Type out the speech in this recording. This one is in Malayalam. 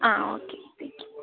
ആ ഓക്കെ താങ്ക് യൂ